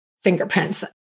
fingerprints